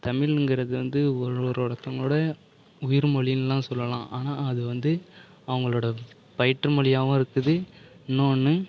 தமிழ்ங்கிறது வந்து ஒரு ஒருரோத்தங்களோடே உயிர்மொழின்னுலாம் சொல்லலாம் ஆனால் அது வந்து அவங்களோட பயிற்று மொழியாகவும் இருக்குது இன்னும் ஒன்று